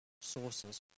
sources